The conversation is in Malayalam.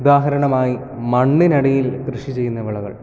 ഉദാഹരണമായി മണ്ണിനടിയിൽ കൃഷി ചെയ്യുന്ന വിളകൾ